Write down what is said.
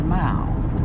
mouth